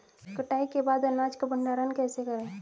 कटाई के बाद अनाज का भंडारण कैसे करें?